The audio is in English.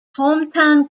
hometown